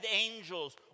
angels